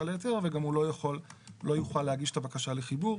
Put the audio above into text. להיתר וגם הוא לא יוכל להגיש את הבקשה לחיבור.